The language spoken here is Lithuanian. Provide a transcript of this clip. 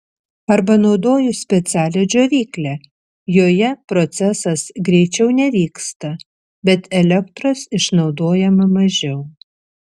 arba naudoju specialią džiovyklę joje procesas greičiau nevyksta bet elektros išnaudojama mažiau